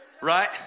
Right